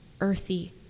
earthy